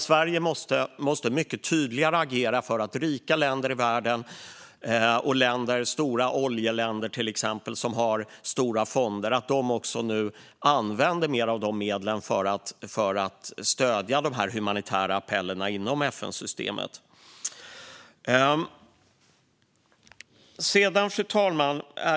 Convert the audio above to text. Sverige måste mycket tydligare agera för att rika länder i världen, till exempel stora oljeländer med stora fonder, också använder mer av dessa medel för att stödja de humanitära appellerna inom FN-systemet. Fru talman!